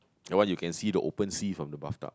that one you can see the open sea from the bathtub